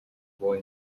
boy